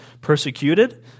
Persecuted